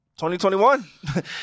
2021